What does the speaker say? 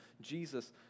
Jesus